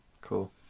Cool